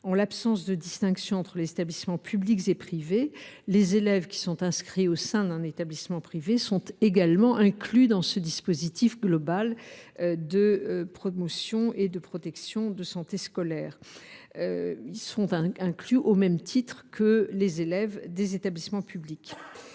En l’absence de distinction entre les établissements publics et privés, les élèves qui sont inscrits au sein d’un établissement privé sont également inclus dans ce dispositif global de promotion et de protection de la santé en milieu scolaire, au même titre que les élèves des établissements publics.